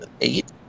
eight